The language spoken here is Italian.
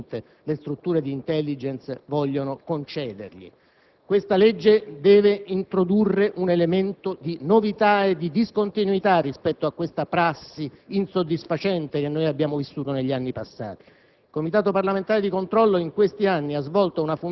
assunzione delle informazioni che graziosamente le strutture di *intelligence* vogliono concedergli. Questa legge deve introdurre un elemento di novità e di discontinuità rispetto alla prassi insoddisfacente che abbiamo vissuto negli anni passati.